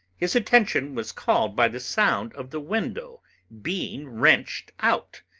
his attention was called by the sound of the window being wrenched out.